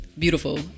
Beautiful